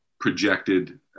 projected